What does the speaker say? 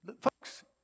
folks